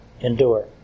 endure